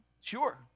Sure